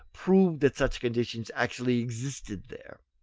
prove that such conditions actually existed there.